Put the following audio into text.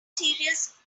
serious